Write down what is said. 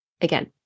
again